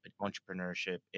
entrepreneurship